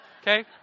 Okay